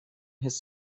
his